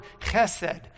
chesed